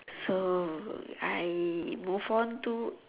so I move on to